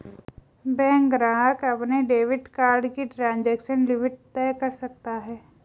bank ग्राहक अपने debit card की ट्रांज़ैक्शन लिमिट तय कर सकता है